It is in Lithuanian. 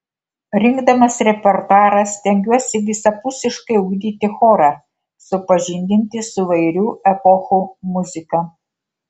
rinkdamas repertuarą stengiuosi visapusiškai ugdyti chorą supažindinti su įvairių epochų muzika